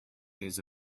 days